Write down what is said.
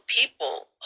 people